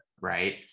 right